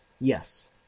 Yes